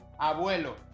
Abuelo